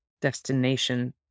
destination